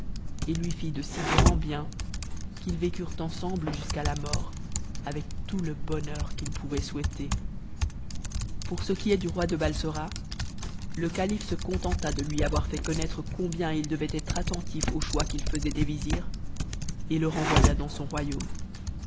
fit de si grands biens qu'ils vécurent ensemble jusqu'à la mort avec bonheur qu'i s pouvaient souhaiter our ce qui est du roi de balsora le calife se contenta de lui avoir fait ta tt'e combien i devait être attentif au choix qu'il faisait des vizirs voya dans son royamne